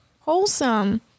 wholesome